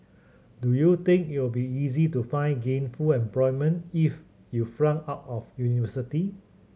do you think it'll be easy to find gainful employment if you flunked out of university